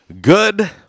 Good